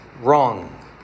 wrong